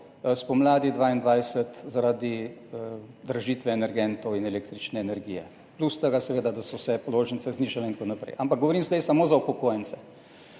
spomladi 2022 zaradi dražitve energentov in električne energije, plus to, da so se seveda položnice znižale in tako naprej, ampak govorim zdaj samo za upokojence.